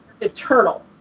eternal